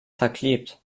verklebt